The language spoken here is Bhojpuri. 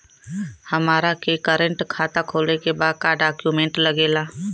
हमारा के करेंट खाता खोले के बा का डॉक्यूमेंट लागेला?